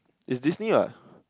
is Disney what